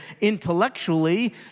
intellectually